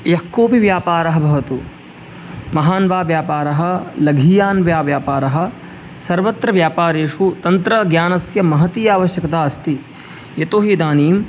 यः कोऽपि व्यापारः भवतु महान् वा व्यापारः लघीयान् वा व्यापारः सर्वत्रव्यापारेषु तन्त्रज्ञानस्य महती आवश्यकता अस्ति यतोहि इदानीं